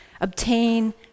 obtain